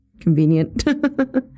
Convenient